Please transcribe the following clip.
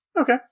Okay